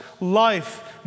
life